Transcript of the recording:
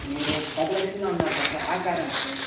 మీరు పదిలక్షల్లో అన్నారు కదా సార్ ఆ కార్ ఎంత సార్